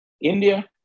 India